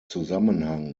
zusammenhang